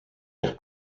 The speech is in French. air